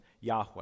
Yahweh